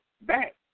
back